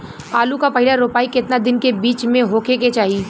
आलू क पहिला रोपाई केतना दिन के बिच में होखे के चाही?